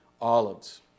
Olives